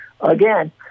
again